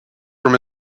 from